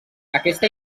aquesta